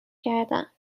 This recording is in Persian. کردم